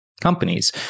companies